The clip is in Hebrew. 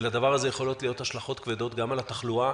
ולדבר הזה יכולות להיות השלכות כבדות גם על התחלואה